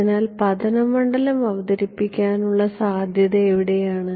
അതിനാൽ പതന മണ്ഡലം അവതരിപ്പിക്കാനുള്ള സാധ്യത എവിടെയാണ്